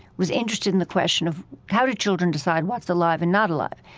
was interested in the question of how do children decide what's alive and not alive.